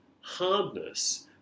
hardness